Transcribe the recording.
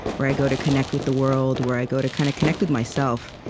where i go to connect with the world, where i go to kind of connect with myself.